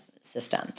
system